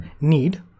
need